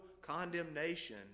condemnation